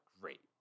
Great